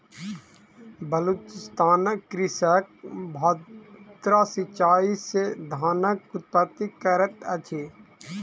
बलुचिस्तानक कृषक माद्दा सिचाई से धानक उत्पत्ति करैत अछि